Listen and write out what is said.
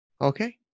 Okay